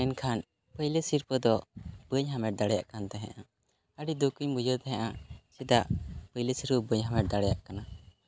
ᱢᱮᱱᱠᱷᱟᱱ ᱯᱳᱭᱞᱳ ᱥᱤᱨᱯᱟᱹ ᱫᱚ ᱵᱟᱹᱧ ᱦᱟᱢᱮᱴ ᱫᱟᱲᱮᱭᱟᱜ ᱠᱟᱱ ᱛᱟᱦᱮᱸᱫᱼᱟ ᱟᱹᱰᱤ ᱫᱩᱠ ᱤᱧ ᱵᱩᱡᱷᱟᱹᱣ ᱛᱟᱦᱮᱸᱫᱼᱟ ᱪᱮᱫᱟᱜ ᱯᱳᱭᱞᱳ ᱥᱤᱨᱯᱟᱹ ᱵᱟᱹᱧ ᱦᱟᱢᱮᱴ ᱫᱟᱲᱮᱭᱟᱜ ᱠᱟᱱᱟ